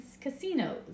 casinos